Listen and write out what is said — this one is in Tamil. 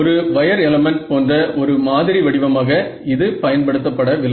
ஒரு வயர் எலமன்ட் போன்ற ஒரு மாதிரி வடிவமாக இது பயன்படுத்தப்படவில்லை